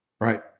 right